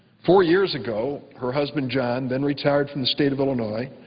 four years ago, her husband john, then retired from the state of illinois,